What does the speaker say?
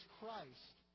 Christ